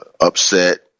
upset